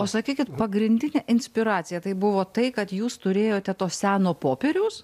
o sakykit pagrindinė inspiracija tai buvo tai kad jūs turėjote to seno popieriaus